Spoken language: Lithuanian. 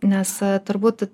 nes turbūt